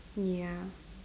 ya